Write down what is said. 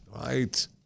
Right